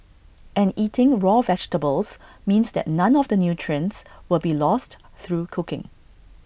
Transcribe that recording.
and eating raw vegetables means that none of the nutrients will be lost through cooking